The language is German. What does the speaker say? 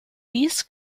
dies